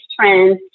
trends